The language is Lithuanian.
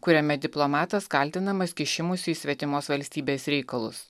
kuriame diplomatas kaltinamas kišimusi į svetimos valstybės reikalus